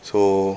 so